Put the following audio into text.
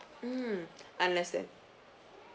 mm understand